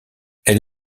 elle